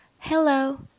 Hello